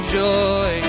joy